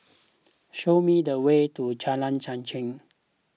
show me the way to Jalan Chichau